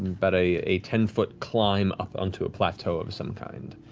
but a a ten-foot climb up onto a plateau of some kind.